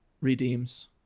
redeems